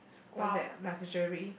for that luxury